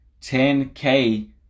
10K